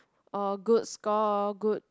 or good score good